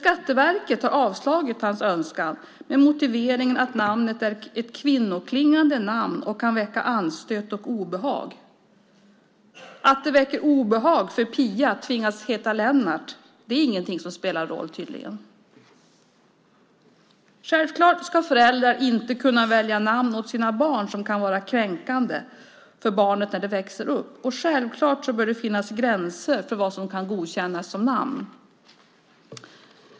Skatteverket har emellertid avslagit hans önskan med motiveringen att namnet är ett kvinnoklingande namn och kan väcka anstöt och obehag. Att det väcker obehag för Pia att tvingas heta Lennart spelar tydligen ingen roll. Självklart ska föräldrar inte kunna välja namn åt sina barn som kan vara kränkande för barnen när de växer upp, och självklart bör det finnas gränser för vad som kan godkännas som namn.